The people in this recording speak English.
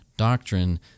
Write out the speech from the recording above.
doctrine